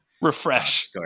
Refresh